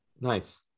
nice